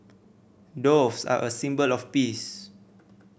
doves are a symbol of peace